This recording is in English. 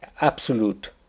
absolute